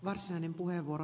varsinainen puheenvuoro